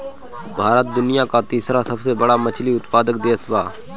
भारत दुनिया का तीसरा सबसे बड़ा मछली उत्पादक देश बा